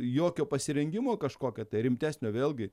jokio pasirengimo kažkokio rimtesnio vėlgi